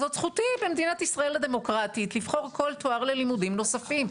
זאת זכותי במדינת ישראל הדמוקרטית לבחור כל תואר ללימודים נוספים.